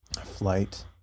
flight